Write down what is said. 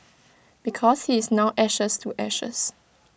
because he is now ashes to ashes